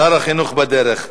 שר החינוך בדרך.